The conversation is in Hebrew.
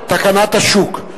זה תקנת השוק.